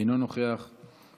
אינו נוכח;